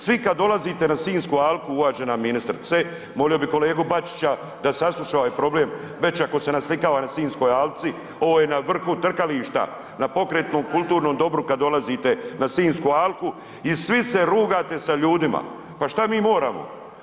Svi kad dolazite na sinjsku alku, uvažena ministrice, molio bi kolegu Bačića da sasluša ovaj problem već ako se naslikava na sinjskoj alci, ovo je na vrhu trkališta, na pokretnom kulturnom dobru kad dolazite na sinjsku alku i svi se rugate sa ljudima, pa šta mi moramo?